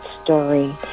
story